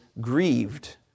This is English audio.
grieved